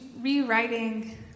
rewriting